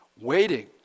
waiting